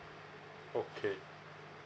okay